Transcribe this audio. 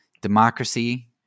democracy